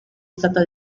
stata